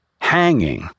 hanging